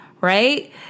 right